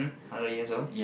hundred years old